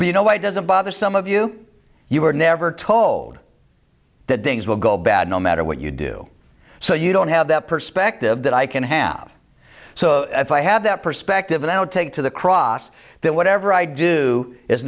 but you know it doesn't bother some of you you were never told that things will go bad no matter what you do so you don't have that perspective that i can have so if i have that perspective and i don't take to the cross that whatever i do is